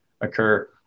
occur